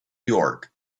york